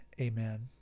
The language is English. amen